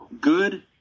good